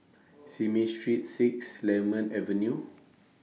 Simei Street six Lemon Avenue